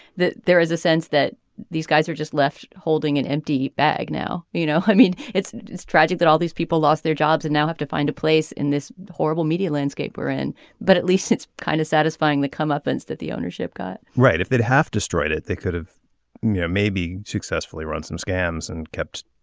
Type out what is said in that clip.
there is a sense that these guys are just left holding an empty bag now you know i mean it's it's tragic that all these people lost their jobs and now have to find a place in this horrible media landscape we're in but at least it's kind of satisfying to come up and that the ownership got right if they'd have destroyed it they could have yeah maybe successfully run some scams and kept